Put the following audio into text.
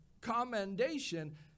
commendation